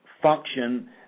Function